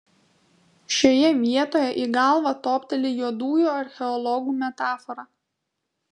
šioje vietoje į galvą topteli juodųjų archeologų metafora